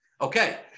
Okay